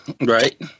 right